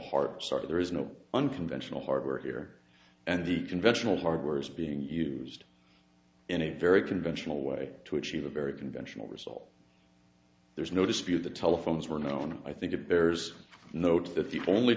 heart start there is no unconventional hardware here and the conventional hardware is being used in a very conventional way to achieve a very conventional result there's no dispute the telephones were known and i think it bears notice that